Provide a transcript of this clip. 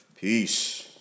Peace